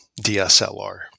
dslr